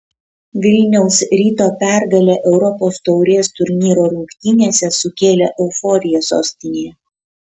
vilniaus ryto pergalė europos taurės turnyro rungtynėse sukėlė euforiją sostinėje